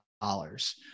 dollars